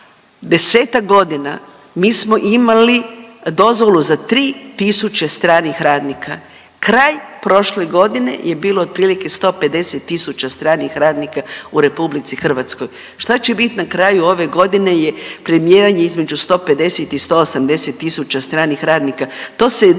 10-tak godina mi smo imali dozvolu za 3 tisuće stranih radnika, kraj prošle godine je bilo otprilike 150 tisuća stranih radnika u RH. Šta će bit na kraju ove godine…/Govornik se ne razumije./…između 150 i 180 tisuća stranih radnika,